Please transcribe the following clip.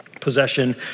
possession